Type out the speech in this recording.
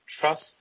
trust